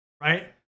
right